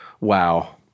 wow